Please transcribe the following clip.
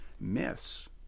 myths